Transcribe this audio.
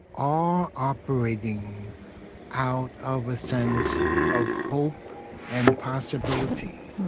are operating out of a sense of hope and possibility,